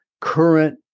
current